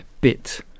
bit